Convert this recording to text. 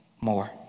more